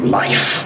life